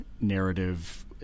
narrative